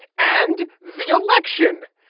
and the election.